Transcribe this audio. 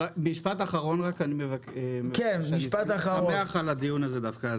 אני שמח על הדיון הזה דווקא,